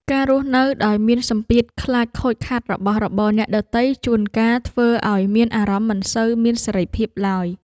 ការរស់នៅដោយមានសម្ពាធខ្លាចខូចខាតរបស់របរអ្នកដទៃជួនកាលធ្វើឱ្យមានអារម្មណ៍មិនសូវមានសេរីភាពឡើយ។